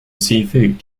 seafood